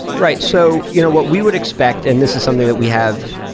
right. so you know what we would expect, and this is something that we have,